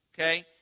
Okay